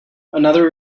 another